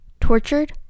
tortured